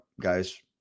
guy's